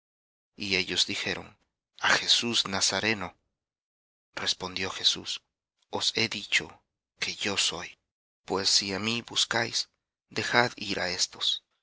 y ellos dijeron a jesús nazareno respondió jesús os he dicho que yo soy pues si á mí buscáis dejad ir á éstos